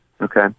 Okay